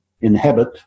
inhabit